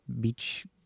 beach